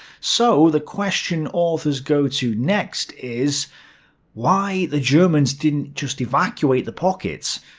so, the question authors go to next is why the germans didn't just evacuate the pocket?